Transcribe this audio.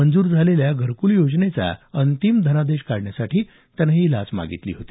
मंज़र झालेल्या घरकूल योजनेचा अंतिम धनादेश देण्यासाठी त्यानं ही लाच मागितली होती